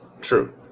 True